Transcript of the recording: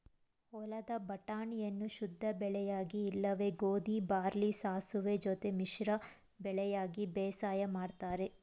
ಹೊಲದ ಬಟಾಣಿಯನ್ನು ಶುದ್ಧಬೆಳೆಯಾಗಿ ಇಲ್ಲವೆ ಗೋಧಿ ಬಾರ್ಲಿ ಸಾಸುವೆ ಜೊತೆ ಮಿಶ್ರ ಬೆಳೆಯಾಗಿ ಬೇಸಾಯ ಮಾಡ್ತರೆ